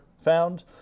found